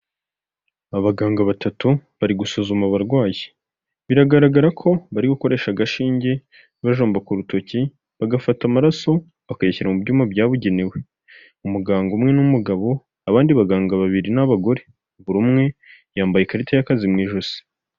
Abaganga batatu bari gusuzuma abarwayi, biragaragara ko bari gukoresha agashinge bajomba ku urutoki, bagafata amaraso bakayashyira mu byuma byabugenewe. Umuganga umwe ni umugabo abandi baganga babiri ni abagore, buri umwe yambaye ikarita y'akazi mu ijosi.